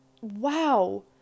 wow